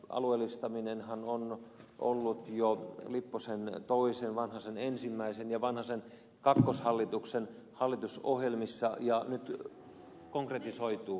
alueellistaminenhan on ollut jo lipposen toisen vanhasen ensimmäisen ja vanhasen kakkoshallituksen hallitusohjelmissa ja nyt konkretisoituu